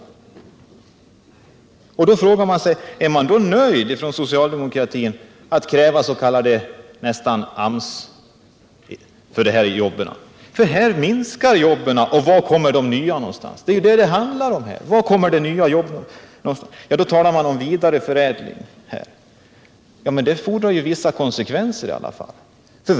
Då frågar man sig om socialdemokraterna är nöjda med att kräva nästan AMS-bidrag för dessa jobb. Här minskar jobben och var kommer de nya? Det är ju detta det handlar om här. Då talar man om vidareförädling. Ja, men det fordrar i alla fall vissa konsekvenser.